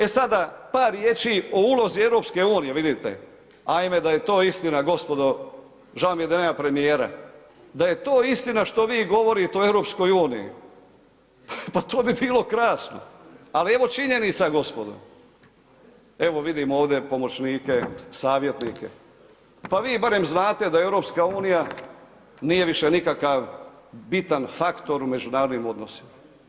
E sada par riječi o ulozi EU vidite, ajme da je to istina gospodo, žao mi je da nema premijera, da je to istina što vi govorite o EU, pa to bi bilo krasno, ali evo činjenica gospodo, evo vidimo ovdje pomoćnike, savjetnike, pa vi barem znate da EU nije više nikakav bitan faktor u međunarodnim odnosima.